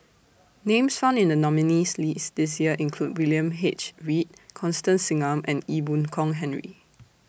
Names found in The nominees' list This Year include William H Read Constance Singam and Ee Boon Kong Henry